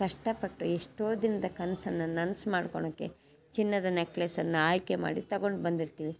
ಕಷ್ಟಪಟ್ಟು ಎಷ್ಟೋ ದಿನದ ಕನಸನ್ನ ನನಸು ಮಾಡ್ಕೊಳೋಕ್ಕೆ ಚಿನ್ನದ ನೆಕ್ಲೆಸನ್ನು ಆಯ್ಕೆ ಮಾಡಿ ತಗೊಂಡು ಬಂದಿರ್ತೀವಿ